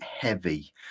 heavy